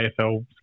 AFL